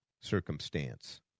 circumstance